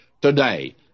today